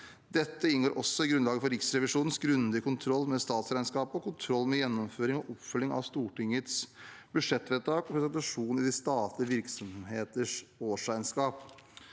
Dette inngår også i grunnlaget for Riksrevisjonens grundige kontroll med statsregnskapet og kontroll med gjennomføring og oppfølging av Stortingets budsjettvedtak og presentasjon av de statlige virksomheters årsregnskap.